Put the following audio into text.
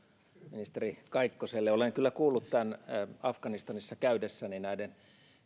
ministeri kaikkoselle olen kyllä kuullut afganistanissa käydessäni näiden